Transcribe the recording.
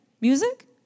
music